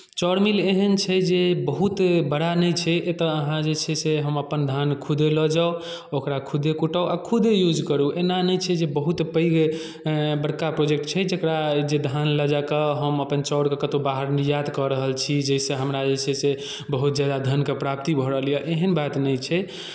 चाउर मिल एहन छै जे बहुत बड़ा नहि छै एतय अहाँ जे छै से हम अपन धान खुदे लऽ जाउ ओकरा खुदे कुटाउ आओर खुदे यूज करू एना नहि छै जे बहुत पैघ बड़का प्रोजेक्ट छै जकरा जे धान लऽ जा कऽ हम अपन चाउरकेँ कतहु बाहर निर्यात कऽ रहल छी जाहिसँ हमरा जे छै से बहुत ज्यादा धनके प्राप्ति भऽ रहल यए एहन बात नहि छै